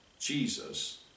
Jesus